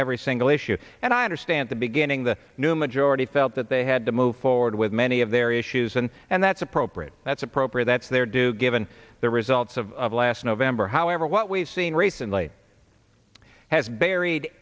every single issue and i understand the beginning the new majority felt that they had to move forward with many of their issues and and that's appropriate that's appropriate that's there do given the results of last november however what we've seen recently has buried